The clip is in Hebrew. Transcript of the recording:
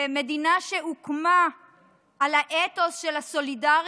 מדינה שהוקמה על האתוס של הסולידריות,